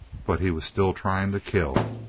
but he was still trying to kill.